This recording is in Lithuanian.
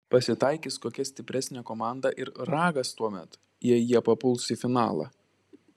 pasitaikys kokia stipresnė komanda ir ragas tuomet jei jie papuls į finalą